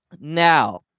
Now